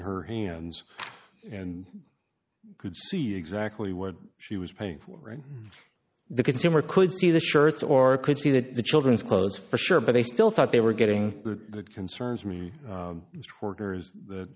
her hands and could see exactly what she was paying for the consumer could see the shirts or could see that the children's clothes for sure but they still thought they were getting the concerns me